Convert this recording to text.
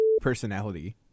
personality